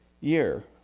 year